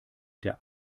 der